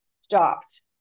stopped